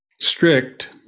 strict